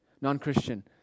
Non-Christian